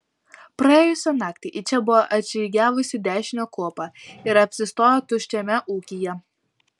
praėjusią naktį į čia buvo atžygiavusi dešinio kuopa ir apsistojo tuščiame ūkyje